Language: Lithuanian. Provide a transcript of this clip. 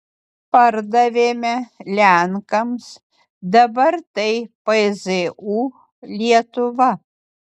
pardavėme lenkams dabar tai pzu lietuva